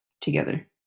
together